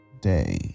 day